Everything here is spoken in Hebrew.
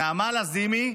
נעמה לזימי,